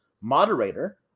moderator